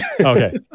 Okay